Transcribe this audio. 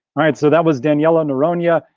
alright, so that was daniella noronha.